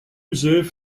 reserve